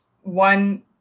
one